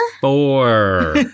Four